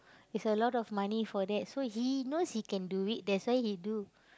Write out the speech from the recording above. it's a lot of money for that so he knows he can do it that's why he do